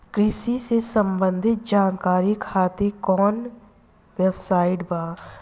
कृषि से संबंधित जानकारी खातिर कवन वेबसाइट बा?